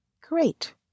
Great